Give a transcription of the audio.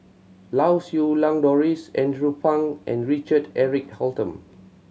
Lau Siew Lang Doris Andrew Phang and Richard Eric Holttum